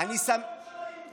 מה אחוז העתירות של הארגונים,